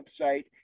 website